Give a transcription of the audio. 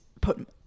put